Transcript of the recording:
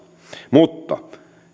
mutta